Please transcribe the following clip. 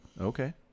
Okay